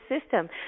system